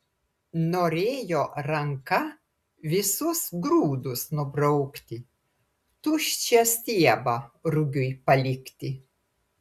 norėjo ranka visus grūdus nubraukti tuščią stiebą rugiui palikti